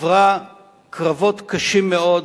עברה קרבות קשים מאוד